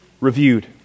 reviewed